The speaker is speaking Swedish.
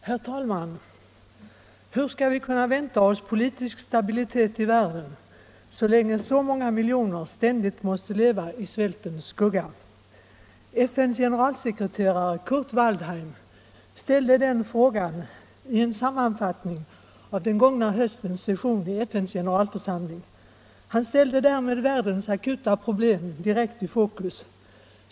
Herr talman! ”Hur skall vi kunna vänta oss politisk stabilitet i världen så länge så många miljoner ständigt måste leva i svältens skugga?” FN:s generalsekreterare Kurt Waldheim ställde den frågan i en sammanfattning av den gångna höstens session vid FN:s generalförsamling. Han ställde därmed världens akuta problem direkt i fokus.